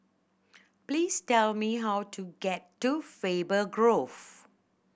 please tell me how to get to Faber Grove